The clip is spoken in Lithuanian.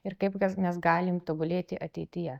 ir kaip kas mes galim tobulėti ateityje